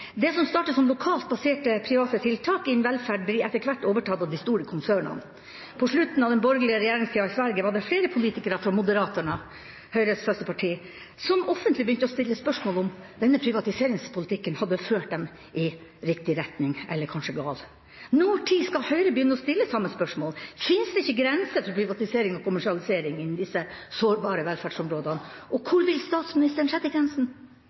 Det som starter som lokalt baserte private tiltak innen velferd, blir etter hvert overtatt av de store konsernene. På slutten av den borgerlige regjeringstida i Sverige var det flere politikere fra Moderaterna, Høyres søsterparti, som offentlig begynte å stille spørsmål om denne privatiseringspolitikken hadde ført dem i riktig retning, eller kanskje i gal. Når skal Høyre begynne å stille samme spørsmål? Fins det ikke grenser for privatisering og kommersialisering innen disse sårbare velferdsområdene? Og hvor vil statsministeren sette grensen?